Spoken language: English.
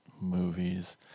movies